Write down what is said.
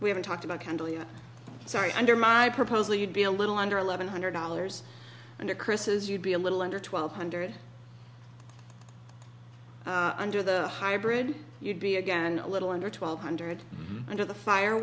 we haven't talked about kindly i'm sorry under my proposal you'd be a little under eleven hundred dollars under kris's you'd be a little under twelve hundred under the hybrid you'd be again a little under twelve hundred under the